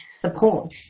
support